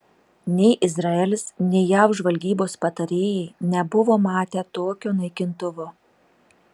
nei izraelis nei jav žvalgybos patarėjai nebuvo matę tokio naikintuvo